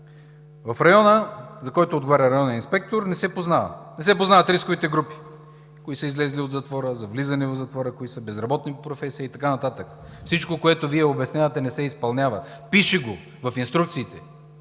районът, за който отговаря районният инспектор, не се познава – не се познават рисковите групи – кои са излезли от затвора, кои са за влизане в затвора, кои са безработни по професия и т.н. Всичко, което Вие обяснявате, не се изпълнява. Пише го в инструкциите,